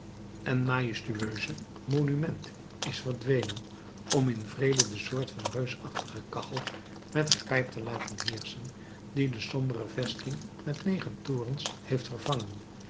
en majestueuze monument is verdwenen om in vrede de soort van reusachtige kachel met haar pijp te laten heerschen die de sombere vesting met negen torens heeft vervangen